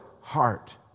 heart